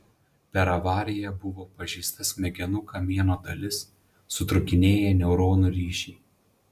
per avariją buvo pažeista smegenų kamieno dalis sutrūkinėję neuronų ryšiai